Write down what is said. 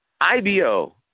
IBO